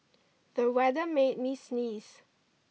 the weather made me sneeze